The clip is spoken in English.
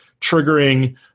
triggering